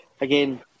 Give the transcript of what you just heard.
again